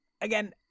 again